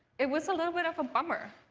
it was a little bit of a bummer.